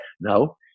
No